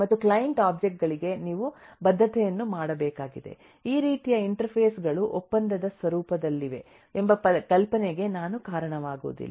ಮತ್ತು client object ಗಳಿಗೆ ನೀವು ಬದ್ಧತೆಯನ್ನು ಮಾಡಬೇಕಾಗಿದೆ ಈ ರೀತಿಯ ಇಂಟರ್ಫೇಸ್ ಗಳು ಒಪ್ಪಂದದ ಸ್ವರೂಪದಲ್ಲಿವೆ ಎಂಬ ಕಲ್ಪನೆಗೆ ನಾನು ಕಾರಣವಾಗುವುದಿಲ್ಲ